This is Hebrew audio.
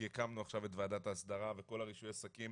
כי הקמנו עכשיו את ועדת ההסדרה וכל רישוי עסקים